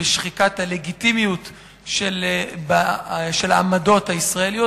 שחיקת הלגיטימיות של העמדות הישראליות